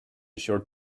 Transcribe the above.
short